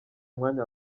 umwanya